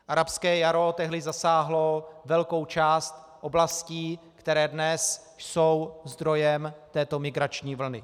Arabské jaro tehdy zasáhlo velkou část oblastí, které dnes jsou zdrojem této migrační vlny.